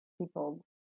people